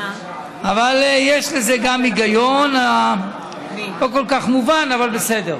אבל יש לזה גם היגיון, לא כל כך מובן, אבל בסדר.